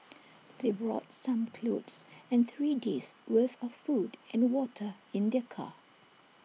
they brought some clothes and three days' worth of food and water in their car